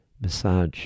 Massage